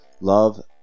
Love